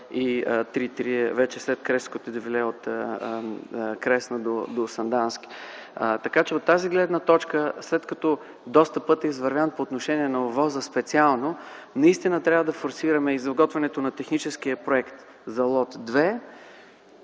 и 3.3. е след Кресненското дефиле от Кресна до Сандански). Така че от тази гледна точка, след като доста път е извървян по отношение на ОВОС, специално на ОВОС, наистина трябва да форсираме изработването на техническия проект за лот 2